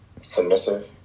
submissive